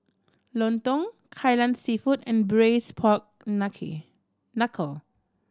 lontong Kai Lan Seafood and braised pork knuckle